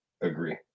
agree